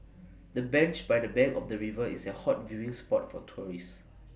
the bench by the bank of the river is A hot viewing spot for tourists